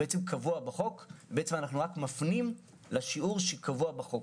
אנחנו בעצם רק מפנים לשיעור שקבוע בחוק.